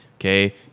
okay